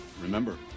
remember